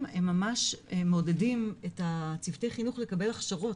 הם ממש מעודדים את צוותי החינוך לקבל הכשרות,